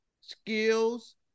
skills